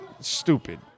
Stupid